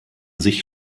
sich